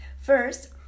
First